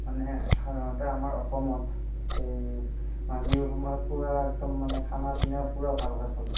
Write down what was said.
মানে সাধাৰণতে আমাৰ অসমত এই মাঘ বিহুৰ সময়ত পূৰা একদম মানে খানা পিনা পূৰা ভালকৈ চলে